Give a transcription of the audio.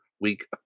week